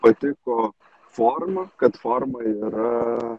patiko forma kad formą yra